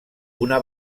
una